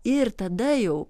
ir tada jau